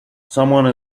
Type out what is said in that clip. someone